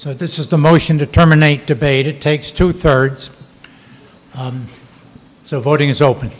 so this is the motion to terminate debate it takes two thirds so voting is open